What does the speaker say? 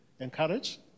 encourage